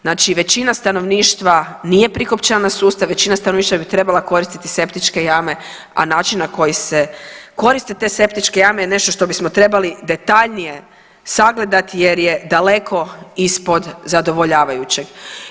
Znači većina stanovništva nije prikopčana na sustav, većina stanovništva bi trebala koristiti septičke jame, a način na koji se koriste te septičke jame je nešto što bismo trebali detaljnije sagledati jer je daleko ispod zadovoljavajućeg.